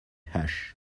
hush